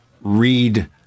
read